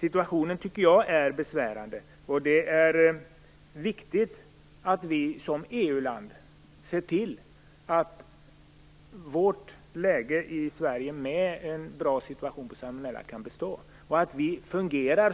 Situationen är besvärande, tycker jag. Det är viktigt att Sverige som EU-land ser till att det goda läge och den goda situation när det gäller salmonella som vi har i Sverige kan bestå.